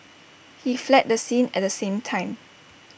he fled the scene at the same time